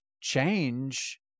change